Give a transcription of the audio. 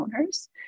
owners